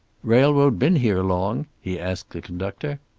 railroad been here long? he asked the conductor.